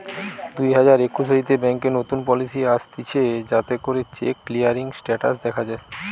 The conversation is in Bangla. দুই হাজার একুশ হইতে ব্যাংকে নতুন পলিসি আসতিছে যাতে করে চেক ক্লিয়ারিং স্টেটাস দখা যায়